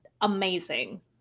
Amazing